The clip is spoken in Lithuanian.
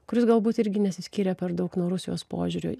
kuris galbūt irgi nesiskiria per daug nuo rusijos požiūrio